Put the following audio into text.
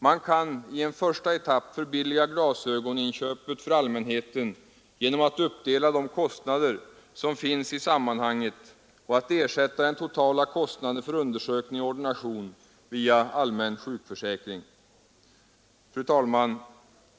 Man kan i en första etapp förbilliga glasögoninköpet för allmänheten genom att uppdela de kostnader som finns i sammanhanget och ersätta den totala kostnaden för undersökning och ordination via allmän sjukförsäkring. Fru talman!